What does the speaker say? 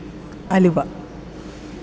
അലുവ